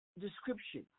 description